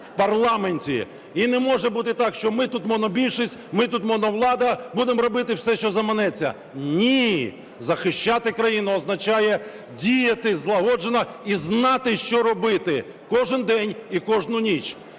в парламенті. І не може бути так, що ми тут монобільшість, ми тут моновлада будемо робити все, що заманеться. Ні, захищати країну означає діяти злагоджено і знати, що робити кожен день і кожну ніч.